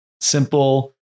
simple